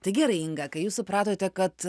tai gerai inga kai jūs supratote kad